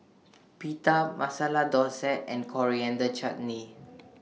Pita Masala Dosa and Coriander Chutney